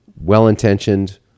well-intentioned